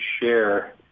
share